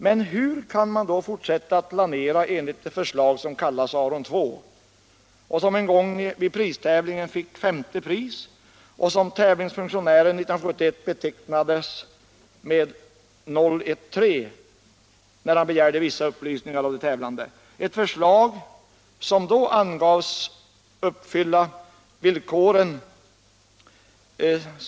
Men hur kan man då fortsätta att planera enligt det förslag som kallats Aron II — ett förslag som en gång vid pristävlingen fick femte pris och som av tävlingsfunktionären 1971 betecknades med 0 1 3 när han begärde vissa upplysningar av de tävlande, ett förslag som då angavs uppfylla de uppställda villkoren?